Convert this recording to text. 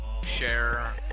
share